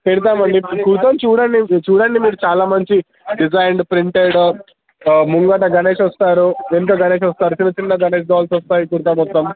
పెడతాం అండి కూర్చొని చూడండి చూడండి మీరు చాలా మంచి డిజైన్లు ప్రింటెడు ముందర గణేష్ వస్తారు వెనుక గణేష్ వస్తారు చిన్నచిన్న గణేష్ బాల్స్ వస్తాయి కుర్తా మొత్తం